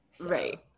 right